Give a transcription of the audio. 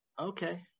okay